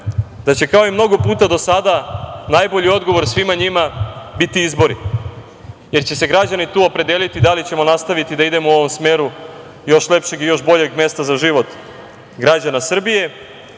da će kao i mnogo puta do sada najbolji odgovor svima njima biti izbor jer će se građani tu opredeliti da li ćemo nastaviti da idemo u ovom smeru još lepšeg i još boljeg mesta za život građana Srbije